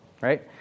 right